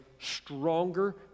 stronger